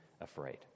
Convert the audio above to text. afraid